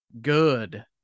good